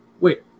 wait